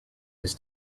his